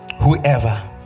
Whoever